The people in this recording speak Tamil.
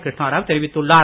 கிருஷ்ணாராவ் தெரிவித்துள்ளார்